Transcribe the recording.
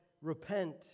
repent